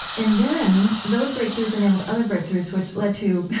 and then those breakthroughs enabled other breakthroughs, which led to,